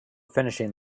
finishing